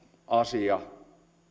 asia